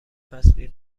فصلی